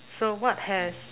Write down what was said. so what has